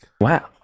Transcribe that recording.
wow